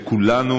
וכולנו